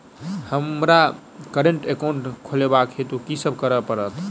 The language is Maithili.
हमरा करेन्ट एकाउंट खोलेवाक हेतु की सब करऽ पड़त?